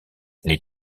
les